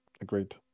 Agreed